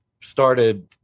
started